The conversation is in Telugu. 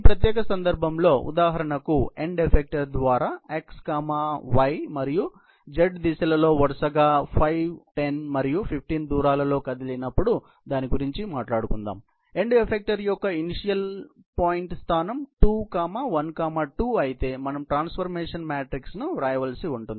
ఈ ప్రత్యేక సందర్భంలో ఉదాహరణకు ఎండ్ ఎఫెక్టర్ ద్వారా x y మరియు z దిశలలో వరుసగా 5 10 మరియు 15 దూరాలలో కదిలినప్పుడు దాని గురించి మాట్లాడుదాం కాబట్టి ఎండ్ ఎఫెక్టర్ యొక్క ఇనీషియల్ పాయింట్ స్థానం 2 1 2 అయితే మనం ట్రాన్సఫార్మేషన్ మ్యాట్రిక్స్ ను వ్రాయవలసి ఉంటుంది